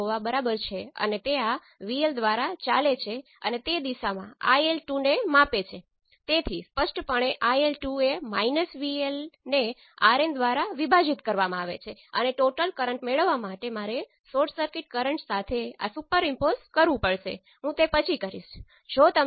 હવે કારણ કે તમે આ માપ બીજા પોર્ટ ઓપન સર્કિટ સાથે કરો છો